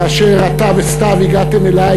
כאשר אתה וסתיו הגעתם אלי,